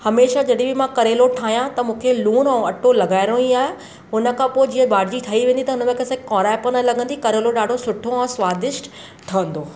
हमेशह जॾहि बि मां करेलो ठाहियां त मूंखे लूणु ऐं अटो लॻाइणो ई आहे हुन खां पोइ जीअं भाॼी ठही वेंदी त हुन में कि असां कौराइप न लॻंदी करेलो ॾाढो सुठो ऐं स्वादिष्ट ठहंदो